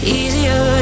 easier